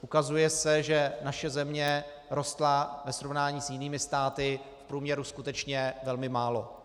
Ukazuje se, že naše země rostla ve srovnání s jinými státy v průměru skutečně velmi málo.